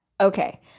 Okay